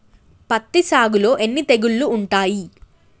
పత్తి సాగులో ఎన్ని తెగుళ్లు ఉంటాయి?